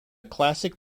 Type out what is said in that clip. classic